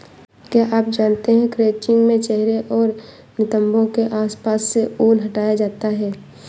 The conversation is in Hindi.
क्या आप जानते है क्रचिंग में चेहरे और नितंबो के आसपास से ऊन हटाया जाता है